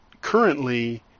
currently